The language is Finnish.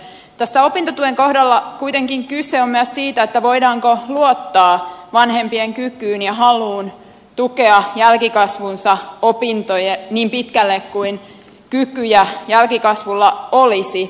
tässä opintotuen kohdalla kuitenkin kyse on myös siitä voidaanko luottaa vanhempien kykyyn ja haluun tukea jälkikasvunsa opintoja niin pitkälle kuin kykyjä jälkikasvulla olisi